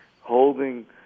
holding